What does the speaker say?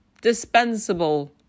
dispensable